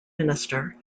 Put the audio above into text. minister